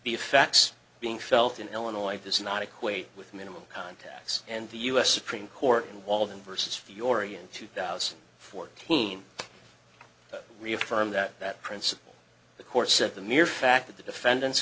the facts being felt in illinois does not equate with minimum contacts and the us supreme court in walden versus fiore in two thousand fourteen reaffirm that that principle the course of the mere fact that the defendant